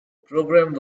programme